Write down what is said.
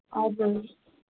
हजुर